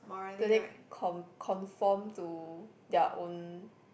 do they con conform to their own